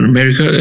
America